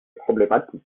problématique